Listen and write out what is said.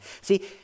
See